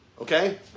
Okay